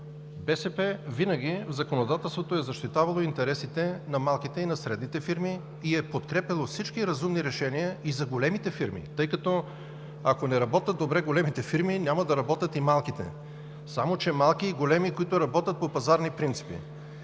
БСП в законодателството винаги е защитавало интересите на малките и на средните фирми и е подкрепяло всички разумни решения и за големите фирми, тъй като, ако не работят добре големите фирми, няма да работят и малките, само че малките и големите, които работят по пазарни принципи.